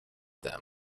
them